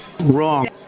wrong